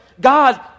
God